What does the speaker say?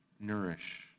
Nourish